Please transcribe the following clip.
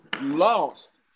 lost